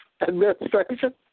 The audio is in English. administration